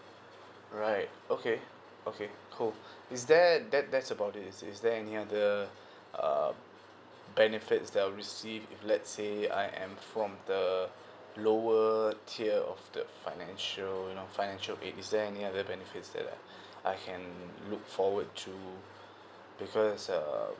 right okay okay cool is there that that's about is is there any other uh benefits that I'll receive if let's say I am from the lower tier of the financial you know financial and is there any other benefits that I I can look forward to because um